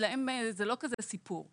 להם זה לא כזה סיפור.